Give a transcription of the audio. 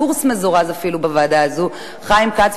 קורס מזורז אפילו בוועדה הזאת: חיים כץ,